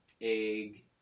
egg